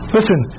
Listen